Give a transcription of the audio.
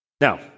Now